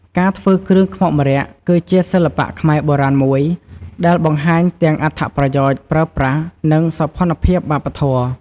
ការធ្វើគ្រឿងខ្មុកម្រ័ក្សណ៍ គឺជាសិល្បៈខ្មែរបុរាណមួយ ដែលបង្ហាញទាំងអត្ថប្រយោជន៍ប្រើប្រាស់ និងសោភ័ណភាពវប្បធម៌។